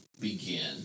begin